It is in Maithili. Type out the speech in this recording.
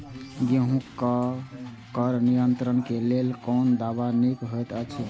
गेहूँ क खर नियंत्रण क लेल कोन दवा निक होयत अछि?